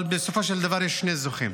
אבל בסופו של דבר יש שני זוכים.